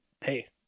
hey